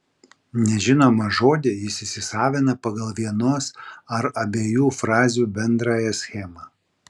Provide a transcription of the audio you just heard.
nežinomą žodį jis įsisavina pagal vienos ar abiejų frazių bendrąją schemą